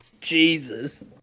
Jesus